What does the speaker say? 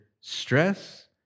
stress